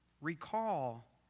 Recall